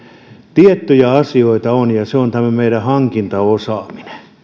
tiettyjä asioita on ja se on tämä meidän hankintaosaaminen